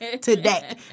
today